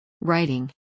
Writing